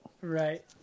right